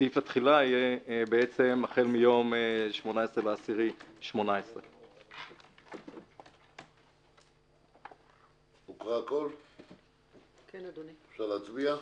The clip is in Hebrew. סעיף התחילה יהיה מיום 18.10.18. אפשר להצביע?